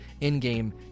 in-game